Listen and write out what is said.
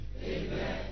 Amen